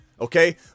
okay